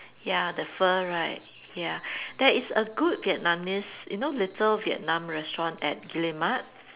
ya the pho right ya there is a good Vietnamese you know little Vietnam restaurant at Guillemard